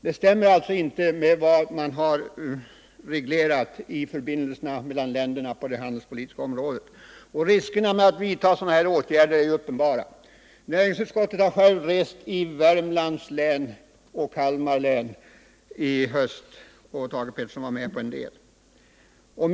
Det stämmer alltså inte med vad man har reglerat i förbindelserna mellan länderna på det handelspolitiska området, och riskerna med att vidta sådana här åtgärder är uppenbara. Näringsutskottet har rest i Värmlands län och Kalmar län i höst, och Thage Peterson var med på en del av resorna.